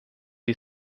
die